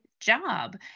job